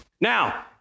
Now